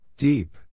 Deep